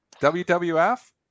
WWF